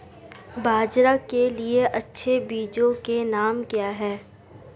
बाजरा के लिए अच्छे बीजों के नाम क्या हैं?